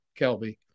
Kelby